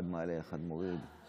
אחד מעלה, אחד מוריד.